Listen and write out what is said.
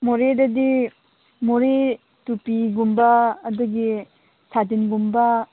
ꯃꯣꯔꯦꯗꯗꯤ ꯃꯣꯔꯦ ꯇꯨꯄꯤꯒꯨꯝꯕ ꯑꯗꯒꯤ ꯁꯥꯇꯤꯟꯒꯨꯝꯕ